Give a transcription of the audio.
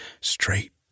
straight